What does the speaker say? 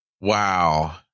Wow